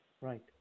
Right